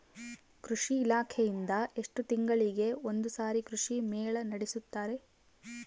ಕೃಷಿ ಇಲಾಖೆಯಿಂದ ಎಷ್ಟು ತಿಂಗಳಿಗೆ ಒಂದುಸಾರಿ ಕೃಷಿ ಮೇಳ ನಡೆಸುತ್ತಾರೆ?